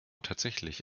tatsächlich